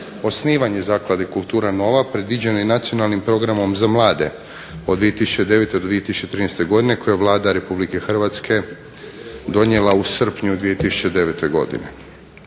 osnivanje Zaklade "Kultura Nova" predviđeno i Nacionalnim programom za mlade od 2009. do 2013. godine koji je Vlada Republike Hrvatske donijela u srpnju 2009. godine.